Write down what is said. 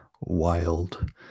wild